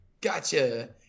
gotcha